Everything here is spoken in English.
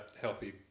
healthy